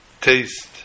taste